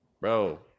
bro